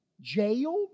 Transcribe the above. jailed